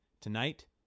Tonight